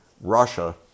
Russia